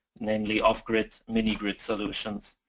mainly off grid mini grid solutions.